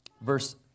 verse